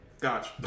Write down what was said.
Gotcha